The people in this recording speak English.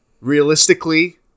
Realistically